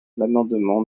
l’amendement